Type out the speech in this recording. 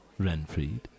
Renfried